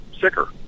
sicker